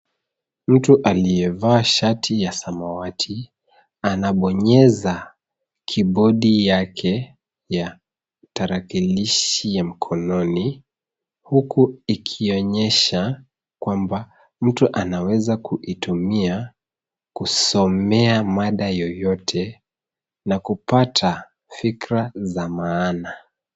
Mtu aliyevaa shati ya samawati anabonyeza kibodi yake ya tarakilishi ya mkononi huku ikionyesha kwamba mtu anaweza kuitumia kusomea mada yoyote na kupata fikira za maana.